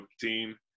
team